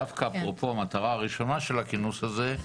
דווקא אפרופו המטרה הראשונה של הכינוס הזה,